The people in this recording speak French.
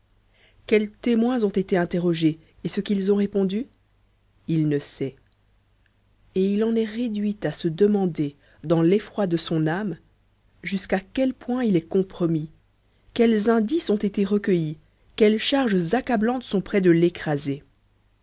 quels témoins ont été interrogés et ce qu'ils ont répondu il ne sait et il en est réduit à se demander dans l'effroi de son âme jusqu'à quel point il est compromis quels indices ont été recueillis quelles charges accablantes sont près de l'écraser